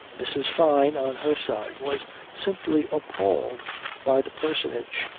mrs. fyne on her side was simply appalled by the personage,